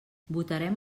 votarem